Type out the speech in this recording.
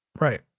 Right